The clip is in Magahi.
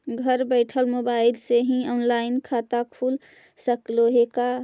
घर बैठल मोबाईल से ही औनलाइन खाता खुल सकले हे का?